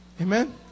Amen